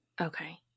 Okay